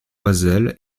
loisel